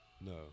No